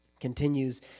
continues